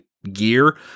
Gear